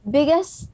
biggest